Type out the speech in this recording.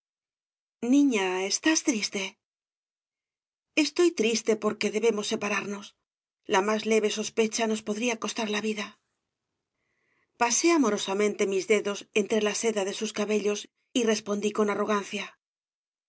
niña estás triste estoy triste porque debemos separarnos la más leve sospecha nos podría costar la vida pasé amorosamente mis dedos entre la seda de sus cabellos y respondí con arrogancia